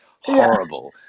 horrible